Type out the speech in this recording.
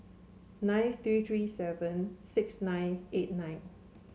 nine three three seven six nine eight nine